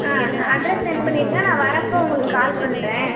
ஆ address send பண்ணிவிடுங்க நான் வரப்போ உங்களுக்கு கால் பண்ணுறேன்